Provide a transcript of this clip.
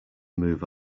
move